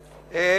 עשר?